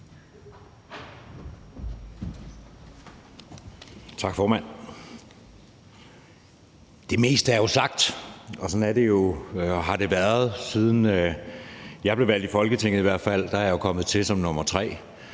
Tak, formand. Det meste er jo sagt. Sådan er det jo, og sådan har det været, siden jeg blev valgt ind i Folketinget. Der er jeg jo kommet til som nummer tre,